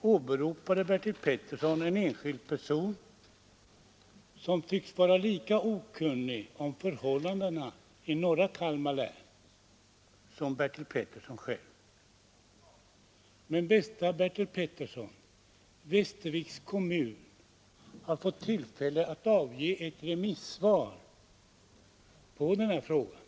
åberopade Bertil Petersson en enskild person som tycks vara lika okunnig om förhållandena i norra Kalmar län som Bertil Men bästa Bertil Petersson! Västerviks kommun har beretts tillfälle att avge ett remissvar på den här frågan.